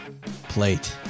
plate